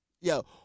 yo